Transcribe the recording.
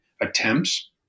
attempts